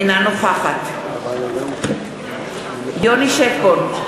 אינה נוכחת יוני שטבון,